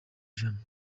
ijana